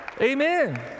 Amen